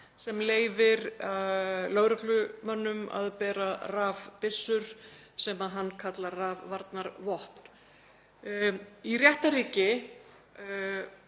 sem leyfir lögreglumönnum að bera rafbyssur sem hann kallar rafvarnarvopn. Í réttarríki